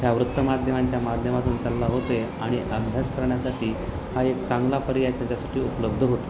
ह्या वृत्तमाध्यमांच्या माध्यमातून त्यांना होते आणि अभ्यास करण्यासाठी हा एक चांगला पर्याय त्याच्यासाठी उपलब्ध होतो